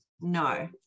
No